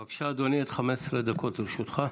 בבקשה, אדוני, עד 15 דקות לרשותך.